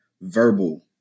verbal